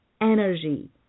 energy